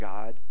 God